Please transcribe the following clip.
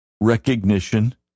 recognition